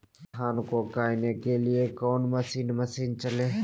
धन को कायने के लिए कौन मसीन मशीन चले?